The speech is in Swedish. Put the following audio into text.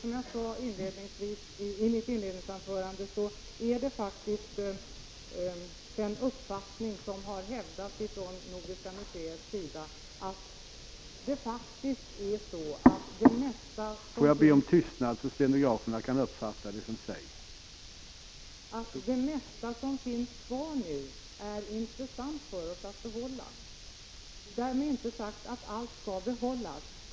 Som jag sade i mitt inledningsanförande är det en uppfattning som hävdats av Nordiska museet att det är intressant för oss att behålla det mesta av det som nu finns kvar. Därmed inte sagt att allt skall behållas.